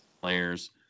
players